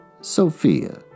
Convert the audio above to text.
Sophia